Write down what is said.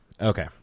Okay